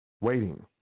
waiting